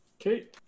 okay